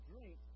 drink